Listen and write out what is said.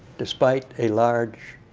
despite a large